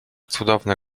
cudowny